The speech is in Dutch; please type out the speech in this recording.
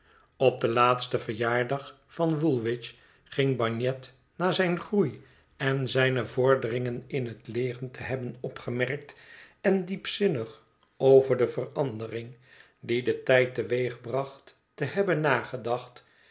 op den laatsten verjaardag van woolwich ging bagnet na zijn groei en zijne vorderingen in het leeren te hebben opgemerkt en diepzinnig over de verandering die de tijd teweegbrengt te hebben nagedacht